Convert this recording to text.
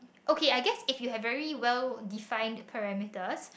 okay I guess if you have very well define parameters